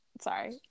sorry